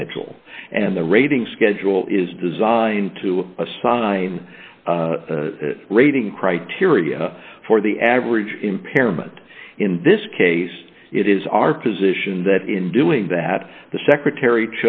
schedule and the rating schedule is designed to assign rating criteria for the average impairment in this case it is our position that in doing that the secretary